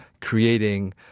creating